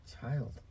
child